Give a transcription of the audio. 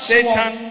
Satan